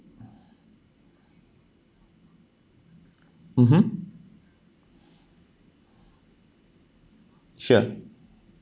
mmhmm sure